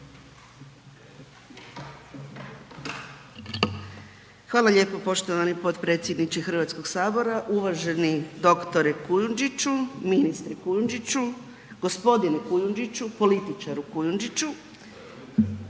Hvala lijepo. Poštovani potpredsjedniče Hrvatskog sabora, uvaženi doktore Kujundžiću, ministre Kujundžiću, gospodine Kujundžiću, političaru Kujundžiću.